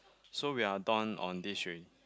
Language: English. so we are done on this already